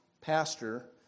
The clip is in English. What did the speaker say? pastor